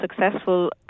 successful